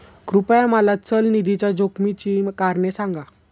कृपया मला चल निधीच्या जोखमीची कारणे सांगा